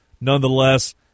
nonetheless